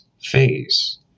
phase